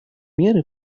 меры